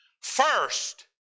First